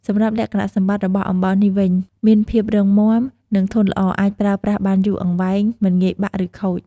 សម្រាប់លក្ខណៈសម្បត្តិរបស់់អំបោសនេះវិញ មានភាពរឹងមាំ និងធន់ល្អ អាចប្រើប្រាស់បានយូរអង្វែង មិនងាយបាក់ ឬខូច។